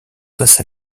cesse